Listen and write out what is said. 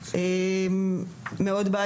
בחוק הזה, שימוש מאוד בעייתי.